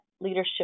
leadership